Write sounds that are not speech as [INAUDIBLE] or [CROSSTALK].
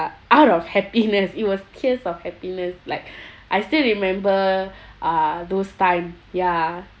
out of happiness it was tears of happiness like [BREATH] I still remember uh those time ya